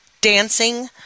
dancing